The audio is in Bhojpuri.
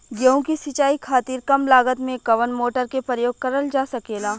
गेहूँ के सिचाई खातीर कम लागत मे कवन मोटर के प्रयोग करल जा सकेला?